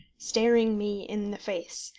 staring me in the face,